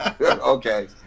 Okay